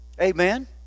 Amen